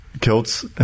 Kilts